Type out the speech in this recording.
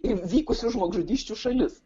ir vykusių žmogžudysčių šalis